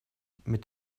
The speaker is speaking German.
mit